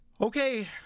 Okay